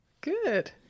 Good